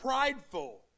prideful